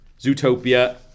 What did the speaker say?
Zootopia